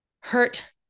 hurt